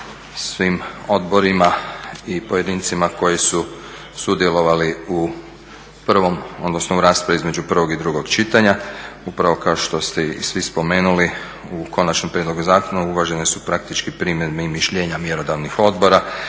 svim odborima i pojedincima koji su sudjelovali u prvom, odnosno u raspravi između prvog i drugog čitanja. Upravo kao što ste i svi spomenuli u konačnom prijedlogu zakona uvažene su praktički primjedbe i mišljenja mjerodavnih odbora